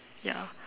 ya